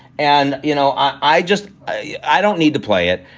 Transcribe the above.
and, you know, i just i don't need to play it.